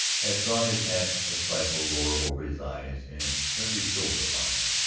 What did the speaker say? had drawn his hat a trifle lower over his eyes and turned his shoulder upon them,